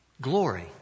Glory